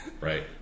Right